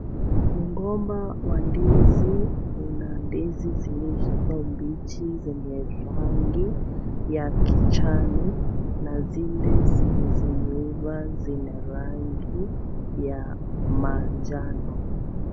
Migomba wa ndizi Una ndizi zilizo mbichi zenye rangi ya kijani na zile zenye zimeiva zina rangi ya manjano.